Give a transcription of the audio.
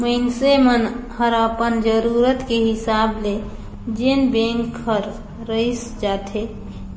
मइनसे मन हर अपन जरूरत के हिसाब ले जेन बेंक हर रइस जाथे